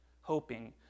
hoping